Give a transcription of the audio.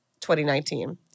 2019